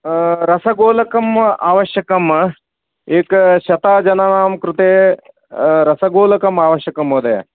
रसगोलकम् आवश्यकम् एकशतजनानां कृते रसगोलकम् आवश्यकं महोदय